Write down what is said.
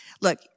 look